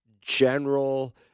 general